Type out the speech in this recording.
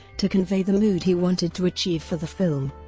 to convey the mood he wanted to achieve for the film.